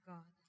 God